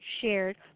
shared